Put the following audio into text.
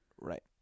right